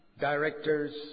directors